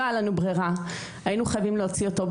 לא הייתה לנו ברירה, היינו חייבים להוציא אותו.